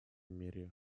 мере